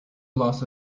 loss